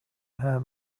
hurt